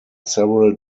several